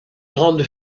grande